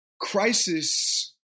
Crisis